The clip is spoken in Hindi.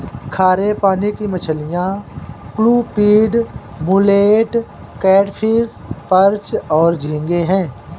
खारे पानी की मछलियाँ क्लूपीड, मुलेट, कैटफ़िश, पर्च और झींगे हैं